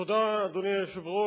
אדוני היושב-ראש,